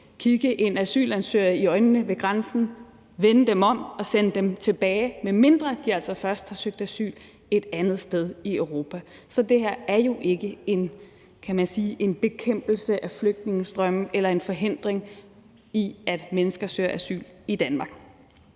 kigge asylansøgere i øjnene ved grænsen, vende dem om og sende dem tilbage, medmindre de altså først har søgt asyl et andet sted i Europa. Så det her er jo ikke en, kan man sige, bekæmpelse af flygtningestrømme eller en forhindring i, at mennesker søger asyl i Danmark.